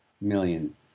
million